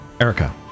Erica